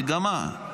המגמה.